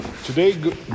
Today